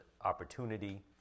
opportunity